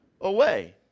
away